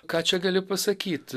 ką čia gali pasakyt